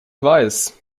weiß